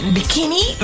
Bikini